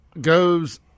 goes